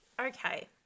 Okay